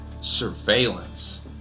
surveillance